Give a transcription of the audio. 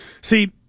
See